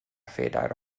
phedair